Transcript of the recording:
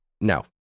No